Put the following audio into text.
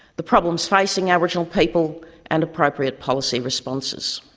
the problems facing aboriginal people and appropriate policy responses.